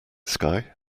sky